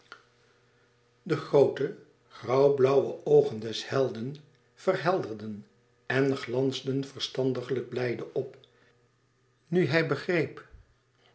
de groote grauwblauwe oogen des helden verhelderden en glansden verstandiglijk blijde op nu hij begreep